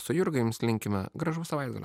su jurga jums linkime gražaus savaitgalio